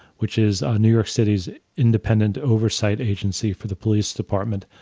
which is a new york city's independent oversight agency for the police department.